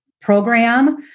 program